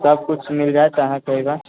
सबकिछु मिल जाइत अहाँके एहिमे